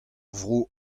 vro